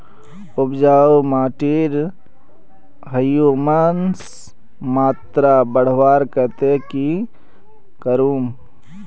उपजाऊ माटिर ह्यूमस मात्रा बढ़वार केते की करूम?